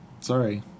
Sorry